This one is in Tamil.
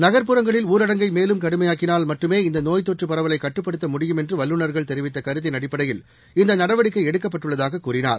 நகர்ப்புறங்களில் ஊரடங்கை மேலும் கடுமையாக்கினால் மட்டுமே இந்த நோய் தொற்று பரவலை கட்டுப்படுத்த முடியும் என்று வல்லுநா்கள் தெரிவித்த கருத்தின் அடிப்படையில் இந்த நடவடிக்கை எடுக்கப்பட்டுள்ளதாகக் கூறியுள்ளார்